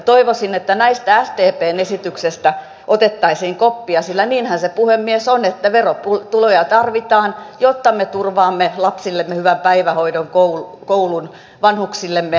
toivoisin että näistä sdpn esityksistä otettaisiin koppia sillä niinhän se puhemies on että verotuloja tarvitaan jotta me turvaamme lapsillemme hyvän päivähoidon koulun vanhuksillemme arvokkaan hoivan